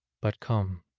but come,